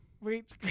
wait